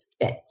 fit